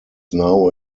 now